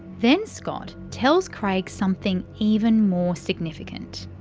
then scott tells craig something even more significant.